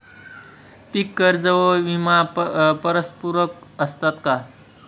पीक कर्ज व विमा परस्परपूरक असतात का?